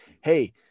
Hey